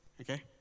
okay